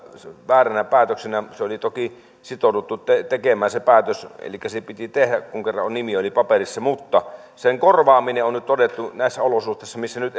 vääränä päätöksenä se päätös oli toki sitouduttu tekemään elikkä se piti tehdä kun kerran nimi oli paperissa niin niiden korvaaminen on nyt todettu näissä olosuhteissa missä nyt